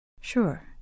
Sure